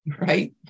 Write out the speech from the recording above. right